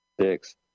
six